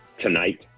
tonight